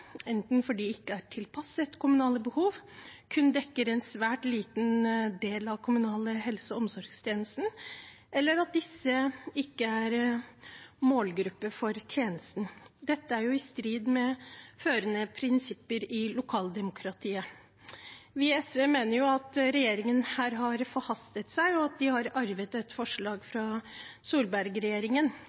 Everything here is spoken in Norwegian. enten fordi de ikke er tilpasset kommunale behov, fordi de kun dekker en svært liten del av den kommunale helse- og omsorgstjenesten, eller fordi disse ikke er målgruppen for tjenesten. Dette er jo i strid med førende prinsipper i lokaldemokratiet. Vi i SV mener regjeringen her har forhastet seg, og at de har arvet et forslag fra